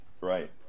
Right